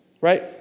right